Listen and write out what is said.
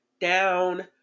Down